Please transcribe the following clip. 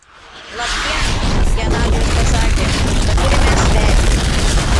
labdien genadijus pasakė kad turime svetį